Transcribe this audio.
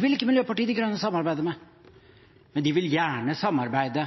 vil ikke Miljøpartiet De Grønne samarbeide med, men de vil gjerne samarbeide